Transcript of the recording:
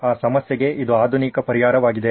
ಆ ಸಮಸ್ಯೆಗೆ ಇದು ಆಧುನಿಕ ಪರಿಹಾರವಾಗಿದೆ